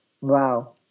Wow